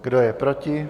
Kdo je proti?